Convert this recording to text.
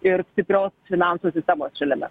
ir stiprios finansų sistemos šalimi